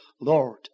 Lord